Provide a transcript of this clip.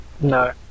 No